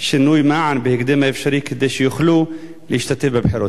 שינוי מען בהקדם האפשרי כדי שיוכלו להשתתף בבחירות?